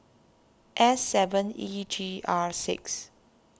S seven E G R six